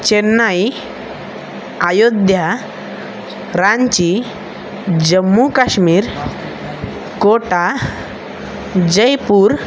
Chennai Ayodhya Ranchi Jammu Kashmir Kota Jaipur